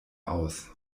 aus